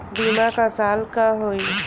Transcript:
बीमा क साल क होई?